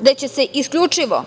da će se isključivo